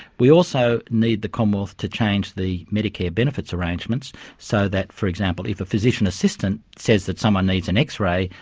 we also need the commonwealth to change the medicare benefits arrangements so that, for example, if a physician assistant says that someone needs an x-ray,